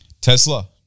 Tesla